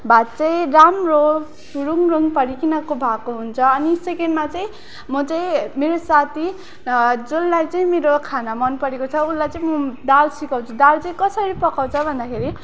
भात चाहिँ राम्रो फुरुङरुङ परेको भएको हुन्छ अनि सेकेन्डमा चाहिँ म चाहिँ मेरो साथी जसलाई चाहिँ मेरो खाना मन परेको छ उसलाई चाहिँ म दाल सिकाउँछु दाल चाहिँ कसरी पकाउँछ भन्दाखेरि